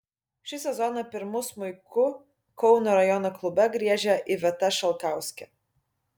šį sezoną pirmu smuiku kauno rajono klube griežia iveta šalkauskė